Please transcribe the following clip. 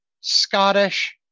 scottish